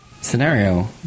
scenario